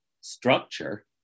structure